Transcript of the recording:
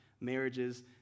marriages